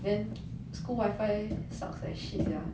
then school wi-fi sucks like shit sia